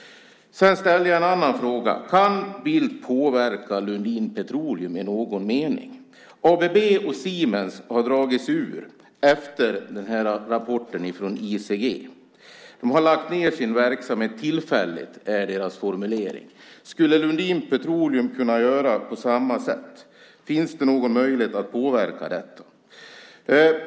Sedan ställer jag en annan fråga. Kan Bildt påverka Lundin Petroleum i någon mening? ABB och Siemens har dragit sig ur efter rapporten från ICG. De har lagt ned sin verksamhet tillfälligt. Det är deras formulering. Skulle Lundin Petroleum kunna göra på samma sätt? Finns det någon möjlighet att påverka detta?